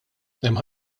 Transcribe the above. hemm